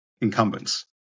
incumbents